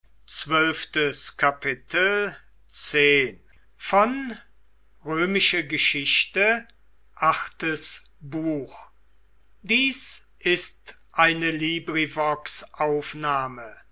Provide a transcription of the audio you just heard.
sind ist eine